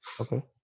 Okay